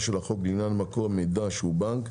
של החוק לעניין מקור מידע שהוא בנק,